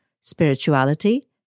spirituality